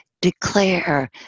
declare